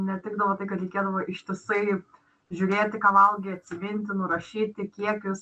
netikdavo tai kad reikėdavo ištisai žiūrėti ką valgai atsiminti nurašyti kiekius